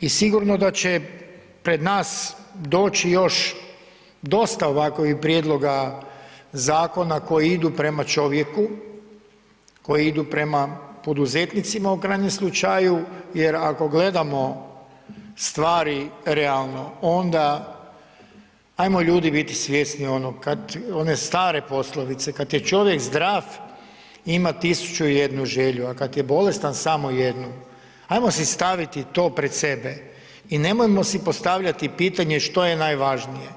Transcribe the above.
I sigurno da će pred nas doći još dosta ovakvih prijedloga zakona koji idu prema čovjeku, koji idu prema poduzetnicima u krajnjem slučaju jer ako gledamo stvari realno onda ajmo ljudi biti svjesni ono, one stare poslovice, kad je čovjek zdrav ima 1001 želju, a kad je bolestan samo 1, ajmo si staviti to pred sebe i nemojmo si postavljati pitanje što je najvažnije,